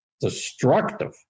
destructive